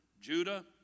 Judah